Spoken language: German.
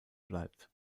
bleibt